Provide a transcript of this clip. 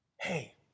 hey